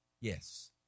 yes